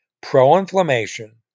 pro-inflammation